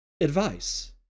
advice